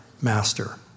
master